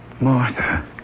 Martha